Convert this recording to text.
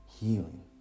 healing